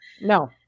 no